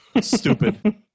Stupid